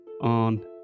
on